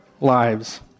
lives